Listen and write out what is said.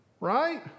Right